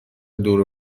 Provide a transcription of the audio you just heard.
دور